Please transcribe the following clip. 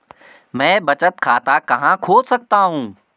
मैं बचत खाता कहां खोल सकता हूँ?